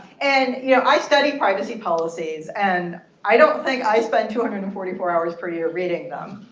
and yeah i study privacy policies, and i don't think i spend two hundred and forty four hours per year reading them.